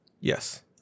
Yes